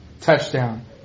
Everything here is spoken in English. touchdown